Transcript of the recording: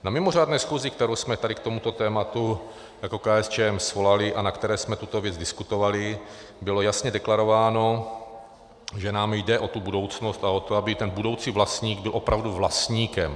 Na mimořádné schůzi, kterou jsme tady k tomuto tématu jako KSČM svolali a na které jsme tuto věc diskutovali, bylo jasně deklarováno, že nám jde o tu budoucnost a o to, aby ten budoucí vlastník byl opravdu vlastníkem.